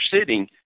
sitting